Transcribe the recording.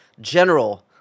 general